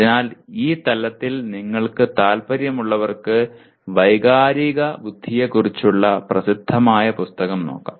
അതിനാൽ ഈ തലത്തിൽ നിങ്ങൾക്ക് താൽപ്പര്യമുള്ളവർക്ക് വൈകാരിക ബുദ്ധിയെക്കുറിച്ചുള്ള പ്രസിദ്ധമായ പുസ്തകം നോക്കാം